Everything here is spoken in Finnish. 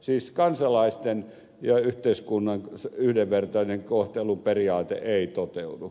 siis kansalaisten ja yhteiskunnan yhdenvertaisen kohtelun periaate ei toteudu